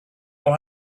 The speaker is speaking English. know